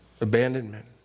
abandonment